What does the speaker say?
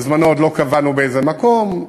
בזמנו עוד לא קבענו באיזה מקום,